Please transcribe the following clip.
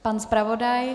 Pan zpravodaj.